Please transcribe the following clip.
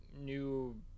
new